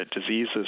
diseases